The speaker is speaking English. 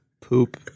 poop